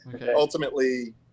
ultimately